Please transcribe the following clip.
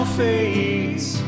face